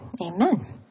amen